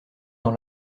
dans